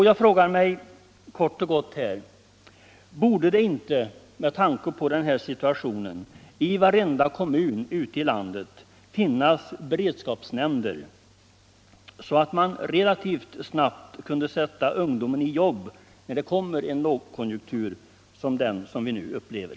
Jag frågar kort och gott: Borde det inte, med anledning av denna situation, i varenda kommun ute i landet finnas beredskapsnämnder så att man relativt snabbt kunde sätta ungdomen i arbete när det kommer en lågkonjunktur som den vi nu upplever?